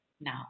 now